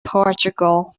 portugal